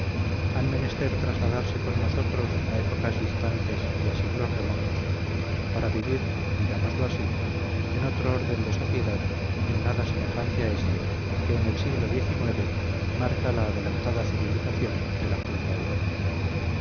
han menester trasladarse con nosotros a épocas distantes y a siglos remotos para vivir digámoslo así en otro orden de sociedad en nada semejante a este que en el siglo xix marca la adelantada civilización de la culta europa